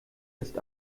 ist